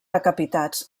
decapitats